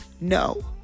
no